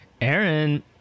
Aaron